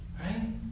Right